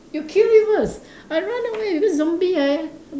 you kill it first I run away because zombie eh